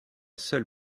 seule